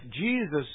Jesus